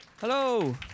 Hello